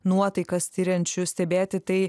nuotaikas tiriančių stebėti tai